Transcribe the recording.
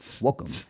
Welcome